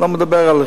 לא מדבר על הלכתי.